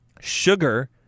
sugar